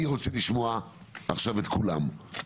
אני רוצה לשמוע עכשיו את כולם,